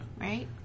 right